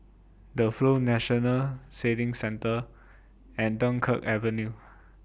The Flow National Sailing Centre and Dunkirk Avenue